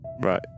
right